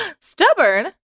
Stubborn